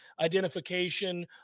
identification